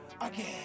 again